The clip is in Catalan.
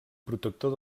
protector